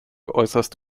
äußerst